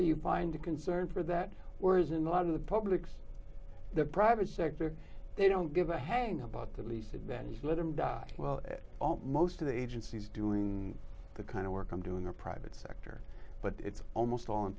you find a concern for that whereas in a lot of the public's the private sector they don't give a hang about the leaf advantage let them die well most of the agencies doing the kind of work i'm doing are private sector but it's almost all